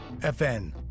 FN